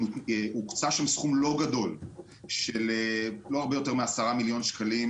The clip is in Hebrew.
הוקצה שם סכום לא גדול של לא הרבה יותר מ-10 מיליון שקלים